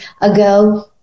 ago